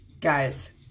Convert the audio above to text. guys